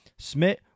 Smith